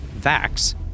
Vax